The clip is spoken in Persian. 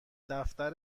دفتر